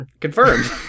Confirmed